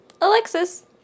Alexis